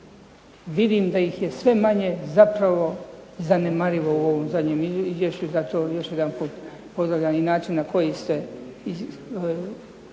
Vidim da ih je sve manje, zapravo zanemarivo u ovom zadnjem izvješću. I zato još jedanput pozdravljam i način na koji ste ovo